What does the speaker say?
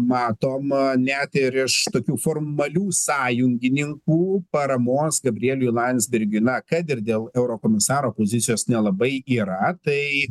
matoma net ir iš tokių formalių sąjungininkų paramos gabrieliui landsbergiui na kad ir dėl eurokomisaro pozicijos nelabai yra tai